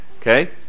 okay